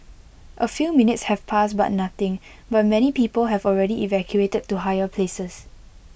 A few minutes have passed but nothing but many people have already evacuated to higher places